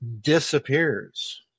disappears